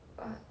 but